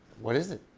what is it?